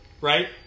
right